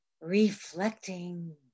reflecting